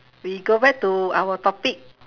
we go back to our topic